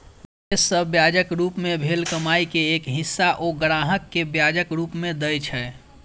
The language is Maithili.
निवेश सं ब्याजक रूप मे भेल कमाइ के एक हिस्सा ओ ग्राहक कें ब्याजक रूप मे दए छै